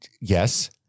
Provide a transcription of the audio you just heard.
Yes